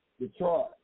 Detroit